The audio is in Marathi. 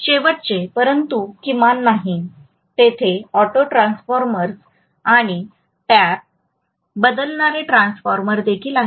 शेवटचे परंतु किमान नाही तेथे ऑटो ट्रान्सफॉर्मर्स आणि टॅप बदलणारे ट्रान्सफॉर्मर देखील आहेत